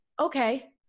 okay